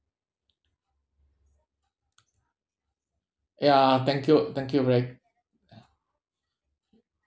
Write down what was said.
ya thank you thank you very ya